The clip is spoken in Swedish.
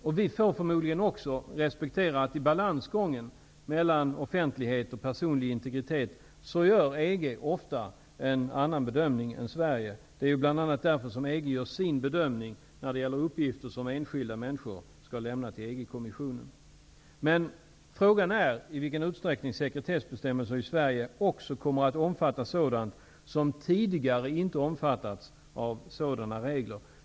Förmodligen får vi också respektera att EG i balansgången mellan offentlighet och personlig integritet ofta gör en annan bedömning än Sverige. Det är bl.a. därför som EG gör sin bedömning när det gäller uppgifter som enskilda människor skall lämna till EG-kommissionen. Frågan är i vilken utsträckning sekretessbestämmelser i Sverige också kommer att omfatta saker som tidigare inte omfattats av sådana här regler.